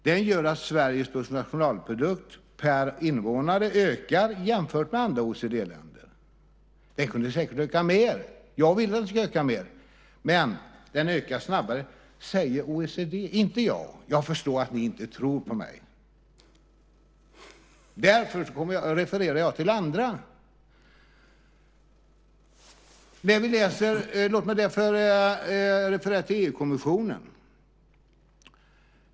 Det gör att Sveriges bruttonationalprodukt per invånare ökar jämfört med andra OECD-länders. Den kunde säkert öka mer. Jag vill att den ska öka mer, men den ökar snabbare än andra OECD-länders. Det säger OECD, inte jag. Jag förstår att ni inte tror på mig. Därför refererar jag till andra. Låt mig referera till EU-kommissionen.